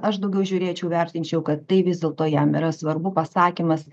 aš daugiau žiūrėčiau vertinčiau kad tai vis dėlto jam yra svarbu pasakymas